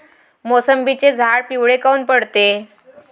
मोसंबीचे झाडं पिवळे काऊन पडते?